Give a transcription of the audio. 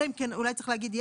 אולי צריך להגיד,